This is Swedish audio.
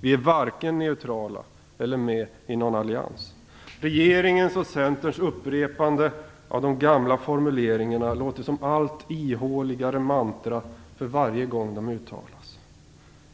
Vi är varken neutrala eller med i någon allians. Regeringens och Centerns upprepande av de gamla formuleringarna låter som allt ihåligare mantra för varje gång de uttalas.